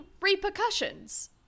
repercussions